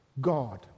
God